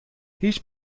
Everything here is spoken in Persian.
هیچ